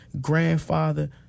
grandfather